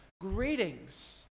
greetings